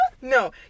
No